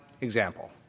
example